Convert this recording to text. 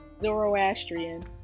Zoroastrian